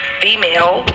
female